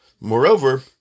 Moreover